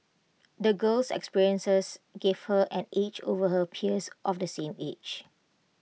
the girl's experiences gave her an edge over her peers of the same age